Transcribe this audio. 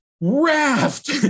raft